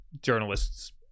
journalists